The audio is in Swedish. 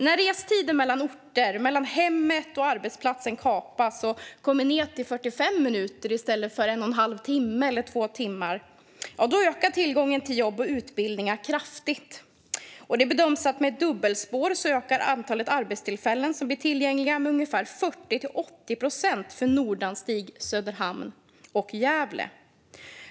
När restider mellan orter, mellan hemmet och arbetsplatsen, kapas och kommer ned till 45 minuter i stället för en och en halv timme eller två timmar ökar tillgången till jobb och utbildningar kraftigt. Med ett dubbelspår bedöms antalet tillgängliga arbetstillfällen öka med 40-80 procent för Nordanstig, Söderhamn och Gävle.